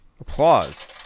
applause